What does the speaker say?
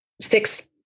six